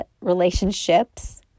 Relationships